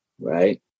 Right